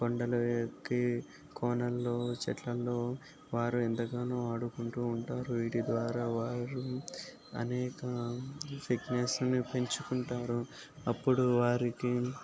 కొండలు ఎక్కి కోనలలో చెట్లలో వారు ఎంతగానో ఆడుకుంటు ఉంటారు వీటి ద్వారా వారు అనేక ఫిట్నెస్ను పెంచుకుంటారు అప్పుడు వారికి